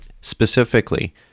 specifically